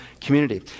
community